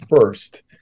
first